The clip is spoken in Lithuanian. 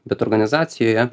bet organizacijoje